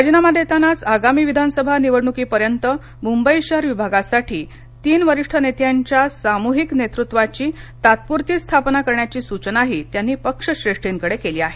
राजीनामा देतानाच आगामी विधानसभा निवडणुकीपर्यंत मुंबई शहर विभागासाठी तीन वरिष्ठ नेत्यांच्या सामूहिक नेतृत्वाची तात्पुरती स्थापना करण्याची सूचनाही त्यांनी पक्षश्रेष्ठींकडे केली आहे